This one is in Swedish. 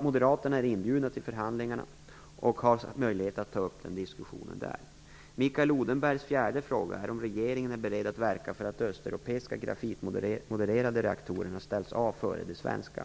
Moderaterna är inbjudna till förhandlingarna och har möjlighet att ta upp den diskussionen där. Mikael Odenbergs fjärde fråga är om regeringen är beredd att verka för att de östeuropeiska grafikmodererade reaktorerna ställas före de svenska.